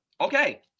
Okay